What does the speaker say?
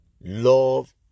love